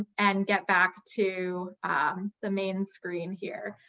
and get back to the main screen here.